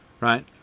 right